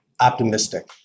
optimistic